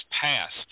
passed